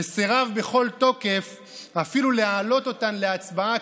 סירב בכל תוקף אפילו להעלות אותן להצבעה